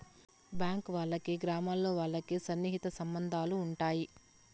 bank వాళ్ళకి గ్రామాల్లో వాళ్ళకి సన్నిహిత సంబంధాలు ఉంటాయి